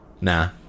nah